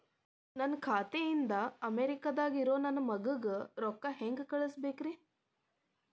ನನ್ನ ಖಾತೆ ಇಂದ ಅಮೇರಿಕಾದಾಗ್ ಇರೋ ನನ್ನ ಮಗಗ ರೊಕ್ಕ ಹೆಂಗ್ ಕಳಸಬೇಕ್ರಿ?